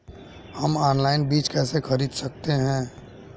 हम ऑनलाइन बीज कैसे खरीद सकते हैं?